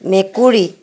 মেকুৰী